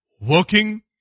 working